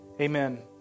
Amen